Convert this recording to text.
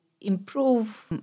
improve